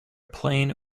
plain